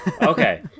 Okay